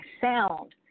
sound